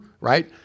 right